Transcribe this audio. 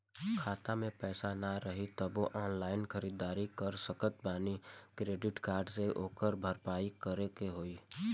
खाता में पैसा ना रही तबों ऑनलाइन ख़रीदारी कर सकत बानी क्रेडिट कार्ड से ओकर भरपाई कइसे होई?